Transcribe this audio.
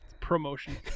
promotion